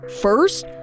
First